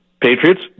Patriots